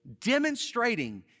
demonstrating